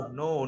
no